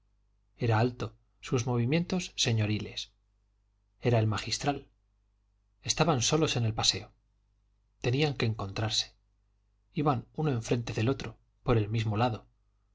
era alto sus movimientos señoriles era el magistral estaban solos en el paseo tenían que encontrarse iban uno enfrente del otro por el mismo lado